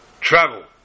travel